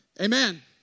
amen